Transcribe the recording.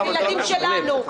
והם הילדים שלנו,